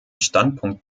standpunkt